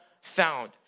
found